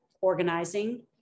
organizing